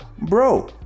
Bro